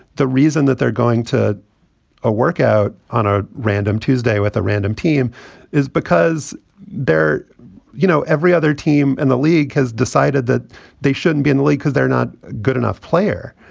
the reason that they're going to ah work out on a random tuesday with a random team is because there you know every other team in the league has decided that they shouldn't be in league because they're not good enough player.